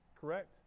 correct